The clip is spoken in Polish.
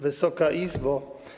Wysoka Izbo!